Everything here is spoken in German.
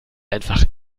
einfach